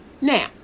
Now